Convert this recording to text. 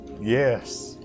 yes